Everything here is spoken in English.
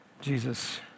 Jesus